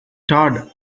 toad